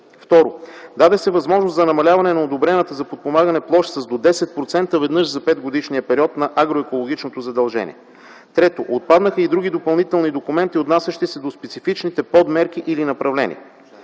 Второ, даде се възможност за намаляване на одобрената за подпомагане площ с до 10% веднъж за петгодишния период на агроекологичното задължение. Трето, отпаднаха и други допълнителни документи, отнасящи се до специфичните подмерки или направления.